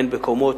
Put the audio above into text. הן בקומות,